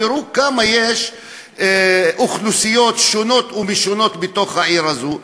תראו כמה אוכלוסיות שונות ומשונות יש בתוך העיר הזו.